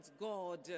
God